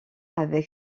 avec